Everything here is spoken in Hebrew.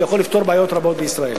שיכול לפתור בעיות רבות בישראל.